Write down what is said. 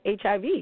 HIV